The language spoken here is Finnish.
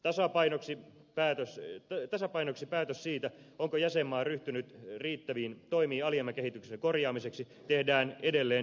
tasapainoksi päätös siitä onko jäsenmaa ryhtynyt riittäviin toimiin alijäämäkehityksen korjaamiseksi tehdään edelleen jäsenmaiden määräenemmistöllä